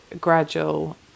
gradual